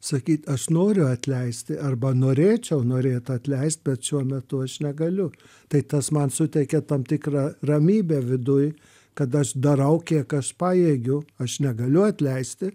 sakyt aš noriu atleisti arba norėčiau norėt atleist bet šiuo metu aš negaliu tai tas man suteikia tam tikrą ramybę viduj kad aš darau kiek aš pajėgiu aš negaliu atleisti